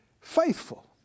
faithful